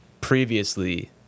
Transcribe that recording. previously